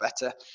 better